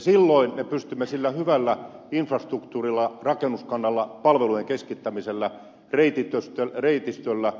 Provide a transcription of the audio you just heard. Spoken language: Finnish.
silloin me pystymme sillä hyvällä infrastruktuurilla rakennuskannalla palvelujen keskittämisellä reitistöllä